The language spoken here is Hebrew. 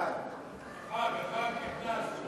חבר הכנסת יוסי יונה, בבקשה, אדוני.